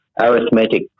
arithmetic